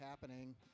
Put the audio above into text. happening